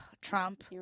Trump